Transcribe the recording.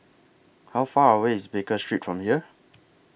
How Far away IS Baker Street from here